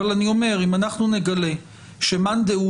אבל אני אומר שאם אנחנו נגלה שמאן דהו,